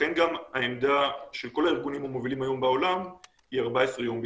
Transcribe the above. ולכן גם העמדה של כל הארגונים המובילים היום בעולם היא 14 יום בידוד.